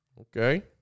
Okay